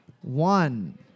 one